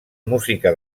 música